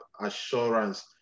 assurance